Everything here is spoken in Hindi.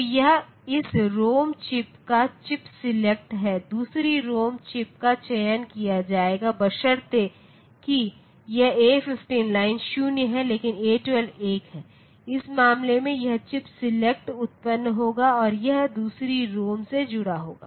तो यह इस रोम चिप का चिप सेलेक्ट है दूसरी रोम चिप का चयन किया जाएगा बशर्ते कि यह A15 लाइन 0 है लेकिन A12 1 है इस मामले में यह चिप सेलेक्ट उत्पन्न होगा और यह दूसरी रोम से जुड़ा होगा